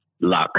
Luck